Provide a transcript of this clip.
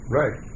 right